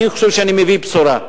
אני חושב שאני מביא בשורה,